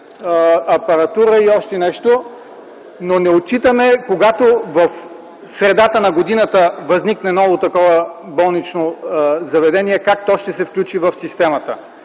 апаратура и още нещо, но не отчитаме, когато в средата на годината възникне ново такова болнично заведение, как то ще се включи в системата.